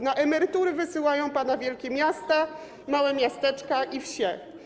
Na emeryturę wysyłają pana wielkie miasta, małe miasteczka i wsie.